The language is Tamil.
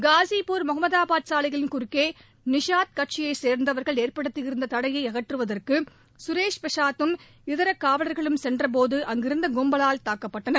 காஸிப்பூர் மொகமதாபாத் சாலையின் குறுக்கே நிஷாத் கட்சியைச் சேர்ந்தவர்கள் ஏற்படுத்தியிருந்த தடையை அகற்றுவதற்கு சுரேஷ் பிரசாத்தும் இதர காவலர்களும் சென்றபோது அங்கிருந்த கும்பவால் தாக்கப்பட்டனர்